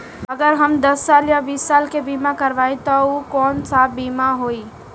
अगर हम दस साल या बिस साल के बिमा करबइम त ऊ बिमा कौन सा बिमा होई?